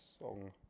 song